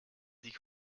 die